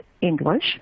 english